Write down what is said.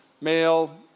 male